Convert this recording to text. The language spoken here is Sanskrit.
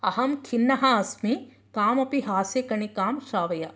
अहं खिन्नः अस्मि कामपि हास्यकणिकां श्रावय